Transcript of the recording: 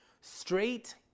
straight